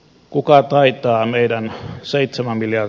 kuka taittaa meidän seitsemän milja